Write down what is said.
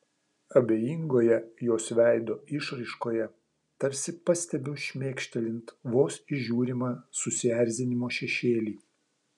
abejingoje jos veido išraiškoje tarsi pastebiu šmėkštelint vos įžiūrimą susierzinimo šešėlį